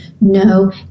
No